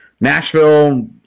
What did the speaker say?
Nashville